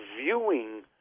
viewing